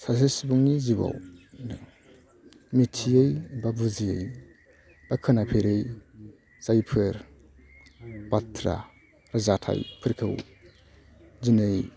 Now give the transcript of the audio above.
सासे सुबुंनि जिउआव मिथियै बा बुजियै बा खोनाफेरै जायफोर बाथ्रा जाथायफोरखौ दिनै